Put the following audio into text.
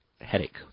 headache